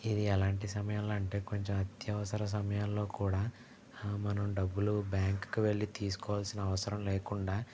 ఇది ఎలాంటి సమయం అంటే కొంచెం అత్యవసర సమయంలో కూడా మనము డబ్బులు బ్యాంకుకు వెళ్ళి తీసుకోవాల్సిన అవసరంలేకుండా